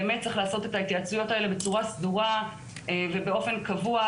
באמת צריך את ההתייעצויות האלה בצורה סדורה ובאופן קבוע,